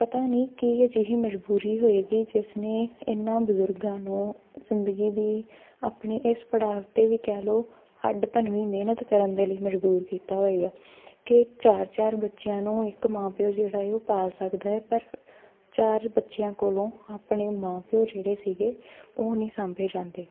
ਪਤਾ ਨਹੀਂ ਕੀ ਅਜਿਹੀ ਮਜਬੂਰੀ ਹੋਏਗੀ ਜਿਸਨੇ ਇੰਨਾ ਬਜ਼ੁਰਗਾਂ ਨੂੰ ਜ਼ਿੰਦਗੀ ਦੀ ਆਪਣੇ ਇਸ ਪੜਾਵ ਉੱਤੇ ਵੀ ਕਹਿ ਲਉ ਹੱਡ ਭੰਨਵੀ ਮਿਹਨਤ ਕਰਨ ਦੇ ਲਈ ਮਜਬੂਰ ਕੀਤਾ ਹੋਏਗਾ ਕਿ ਚਾਰ ਚਾਰ ਬੱਚਿਆਂ ਨੂੰ ਇੱਕ ਮਾਂ ਪਿਓ ਜਿਹੜਾ ਹੈ ਉਹ ਪਾਲ ਸਕਦਾ ਹੈ ਪਰ ਚਾਰ ਬੱਚਿਆਂ ਕੋਲੋਂ ਆਪਣੇ ਮਾਂ ਪਿਓ ਜਿਹੜੇ ਸੀਗੇ ਉਹ ਨਹੀਂ ਸਾਂਭੇ ਜਾਂਦੇ